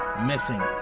missing